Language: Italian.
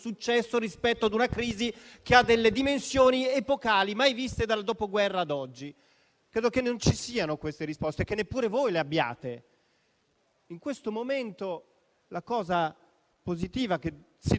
In questo momento la cosa positiva che si dovrebbe fare, anche da parte degli esponenti dell'opposizione, è dare realmente un contributo positivo e di cooperazione fattiva.